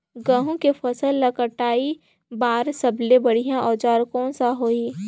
गहूं के फसल ला कटाई बार सबले बढ़िया औजार कोन सा होही?